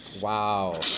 Wow